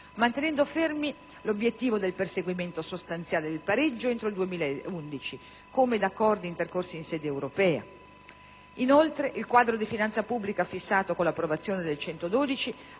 mantenendo fermo l'obiettivo del perseguimento sostanziale del pareggio entro il 2011, come dagli accordi intercorsi in sede europea. Inoltre, il quadro di finanza pubblica fissato con l'approvazione del